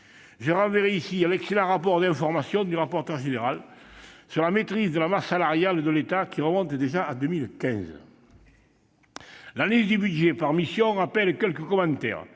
Je renverrai ici à l'excellent rapport d'information du rapporteur général sur la maîtrise de la masse salariale de l'État, qui remonte déjà à 2015. L'analyse du budget par missions appelle quelques commentaires.